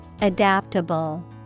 Adaptable